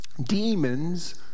Demons